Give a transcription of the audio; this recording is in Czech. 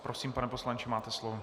Prosím, pane poslanče, máte slovo.